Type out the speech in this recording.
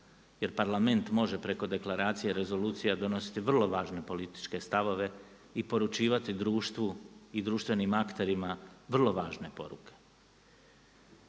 jer Parlament može preko deklaracija i rezolucija donositi vrlo važne političke stavove i poručivati društvu i društvenim akterima vrlo važne poruke.